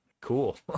cool